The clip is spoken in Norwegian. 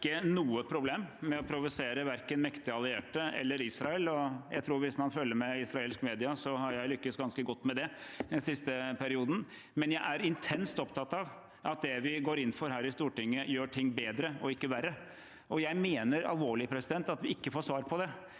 Jeg har ikke noe problem med å provosere verken mektige allierte eller Israel. Hvis man følger med i israelsk media, ser man at jeg har lyktes ganske godt med det i den siste perioden. Men jeg er intenst opptatt av at det vi går inn for her i Stortinget, gjør ting bedre og ikke verre, og jeg mener alvorlig at vi ikke får svar på det.